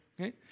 okay